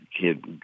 kid